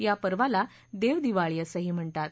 या पर्वाला देवदिवाळी असंही म्हणतात